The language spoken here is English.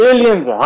Aliens